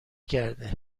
کرده